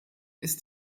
ist